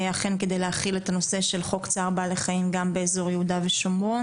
אכן כדי להחיל את הנושא של חוק צער בעלי חיים גם באזור יהודה ושומרון.